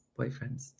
boyfriends